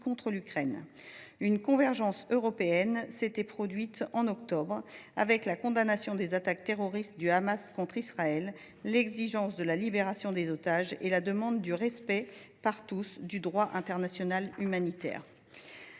Une convergence européenne s’est manifestée en octobre dernier, avec la condamnation des attaques terroristes du Hamas contre Israël, l’exigence de la libération des otages et la demande du respect par tous du droit international humanitaire,